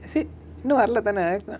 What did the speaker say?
is it இன்னு வரல தான அதா:innu varala thana atha